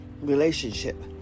relationship